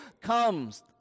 comes